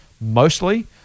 mostly